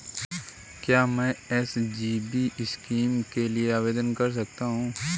क्या मैं SGB scheme के लिए आवेदन कर सकता हूँ?